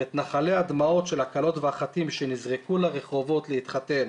ואת נחלי הדמעות של הכלות והחתנים שנזרקו לרחובות להתחתן